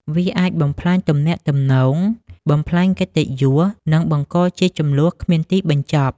វាអាចបំផ្លាញទំនាក់ទំនង បំផ្លាញកិត្តិយស និងបង្កជាជម្លោះគ្មានទីបញ្ចប់។